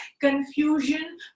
Confusion